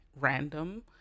random